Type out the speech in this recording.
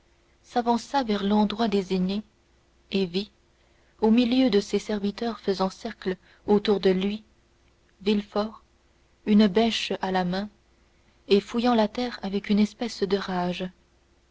s'avança vers l'endroit désigné et vit au milieu de ses serviteurs faisant cercle autour de lui villefort une bêche à la main et fouillant la terre avec une espèce de rage